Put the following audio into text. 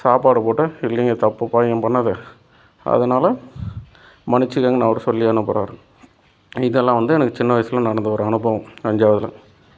சாப்பாடு போட்டு இல்லைங்க தப்பு பையன் பண்ணது அதனால் மன்னிச்சுக்கங்கன்னு அவர் சொல்லி அனுப்புகிறாரு இதெலாம் வந்து எனக்கு சின்ன வயசில் நடந்த ஒரு அனுபவம் அஞ்சாவதில்